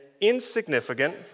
insignificant